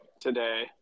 today